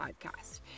Podcast